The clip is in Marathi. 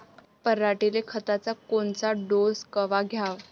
पऱ्हाटीले खताचा कोनचा डोस कवा द्याव?